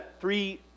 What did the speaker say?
three